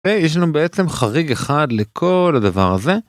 ויש לנו בעצם חריג אחד לכל הדבר הזה.